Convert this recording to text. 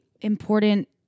important